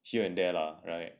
here and there lah right